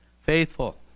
faithful